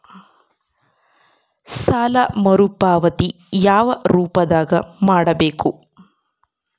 ಸಾಲ ಮರುಪಾವತಿ ಯಾವ ರೂಪದಾಗ ಮಾಡಬೇಕು?